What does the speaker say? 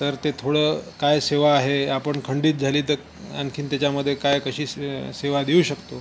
तर ते थोडं काय सेवा आहे आपण खंडित झाली तर आणखी त्याच्यामध्ये काय कशी से सेवा देऊ शकतो